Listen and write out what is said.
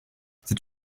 c’est